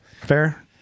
Fair